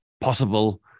possible